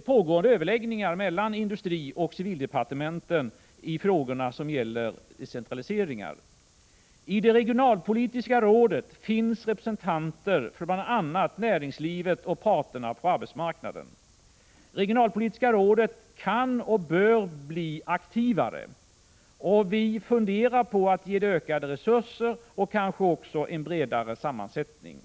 pågår överläggningar mellan industrioch civildepartementen i frågor som gäller decentralisering. I det regionalpolitiska rådet finns representanter för bl.a. näringslivet och parterna på arbetsmarknaden. Regionalpolitiska rådet kan och bör bli aktivare, och vi funderar på att ge det ökade resurser och kanske också en bredare sammansättning.